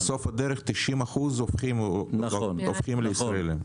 90% הופכים לישראליים.